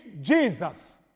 Jesus